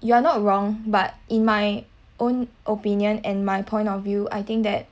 you are not wrong but in my own opinion and my point of view I think that